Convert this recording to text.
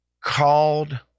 called